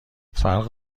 فرق